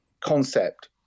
concept